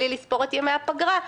בלי לספור את ימי הפגרה,